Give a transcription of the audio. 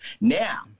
Now